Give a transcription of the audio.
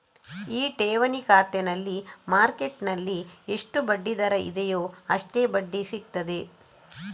ಈ ಠೇವಣಿ ಖಾತೆನಲ್ಲಿ ಮಾರ್ಕೆಟ್ಟಿನಲ್ಲಿ ಎಷ್ಟು ಬಡ್ಡಿ ದರ ಇದೆಯೋ ಅಷ್ಟೇ ಬಡ್ಡಿ ಸಿಗ್ತದೆ